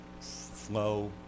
flow